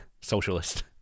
socialist